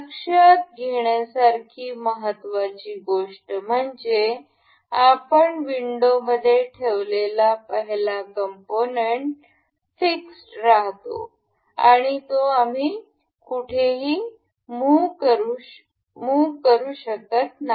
लक्षात घेण्यासारखी महत्त्वाची गोष्ट म्हणजे आपण विंडोमध्ये ठेवलेला पहिला कॉम्पोनन्ट स्थिर राहतो आणि तो आम्ही कुठेही मुह हलउ शकत नाही